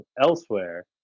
elsewhere